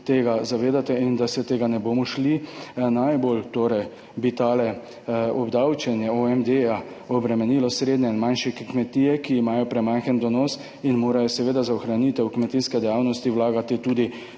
tega zavedate in da se tega ne bomo šli. Najbolj torej bi tole obdavčenje OMD obremenilo srednje in manjše kmetije, ki imajo premajhen donos in morajo seveda za ohranitev kmetijske dejavnosti vlagati tudi